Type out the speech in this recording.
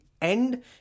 end